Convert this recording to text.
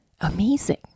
amazing